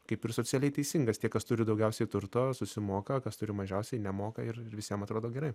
kaip ir socialiai teisingas tie kas turi daugiausiai turto susimoka kas turi mažiausiai nemoka visiem atrodo gerai